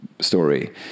story